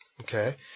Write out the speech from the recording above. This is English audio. okay